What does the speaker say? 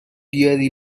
بیاری